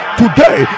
today